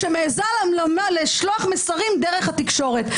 שמעזה לשלוח מסרים דרך התקשורת.